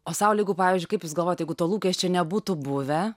osaule jeigu pavyzdžiui kaip jūs galvojat jeigu to lūkesčio nebūtų buvę